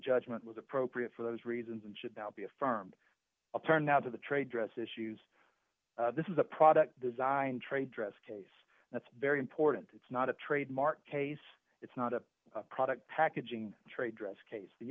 judgment was appropriate for those reasons and should now be affirmed of turnout of the trade dress issues this is a product design trade dress case that's very important it's not a trademark case it's not a product packaging trade dress case the